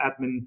admin